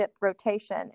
rotation